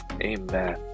amen